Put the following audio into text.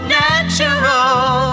natural